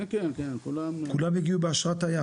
כולם הגיעו באשרת תייר?